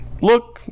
look